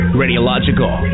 radiological